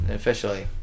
officially